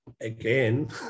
Again